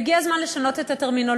והגיע הזמן לשנות את הטרמינולוגיה,